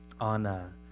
on